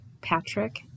Patrick